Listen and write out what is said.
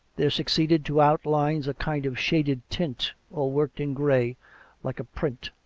there succeeded to outlines a kind of shaded tint all worked in gray like a print,